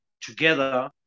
together